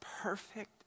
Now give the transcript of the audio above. perfect